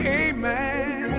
amen